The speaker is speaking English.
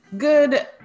Good